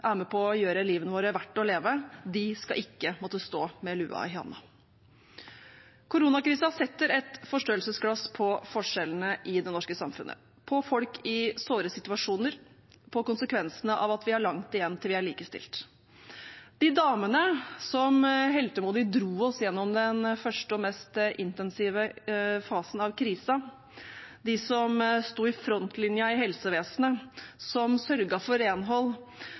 er med på å gjøre livene våre verdt å leve, skal ikke måtte stå med lua i hånda. Koronakrisen setter et forstørrelsesglass på forskjellene i det norske samfunnet, på folk i såre situasjoner, på konsekvensene av at vi har langt igjen til vi er likestilt. De damene som heltemodig dro oss gjennom den første og mest intensive fasen av krisen, de som stod i frontlinjen i helsevesenet, som sørget for